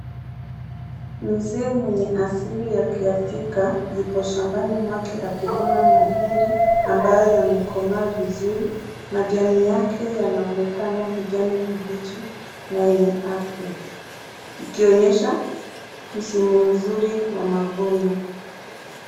Mzee mwenye asili ya kiafrika yuko shambani mwake akivuna mahindi ambayo yamekomaa vizuri, majani yake yanaonekana kijani kibichi na yenye afya ikionyesha msimu mzuri wa mavuno.